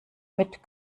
mit